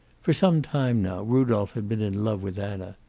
for some time now rudolph had been in love with anna.